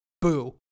boo